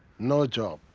no job.